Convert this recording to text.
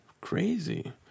Crazy